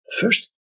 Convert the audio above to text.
first